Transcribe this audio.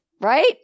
right